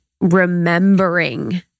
remembering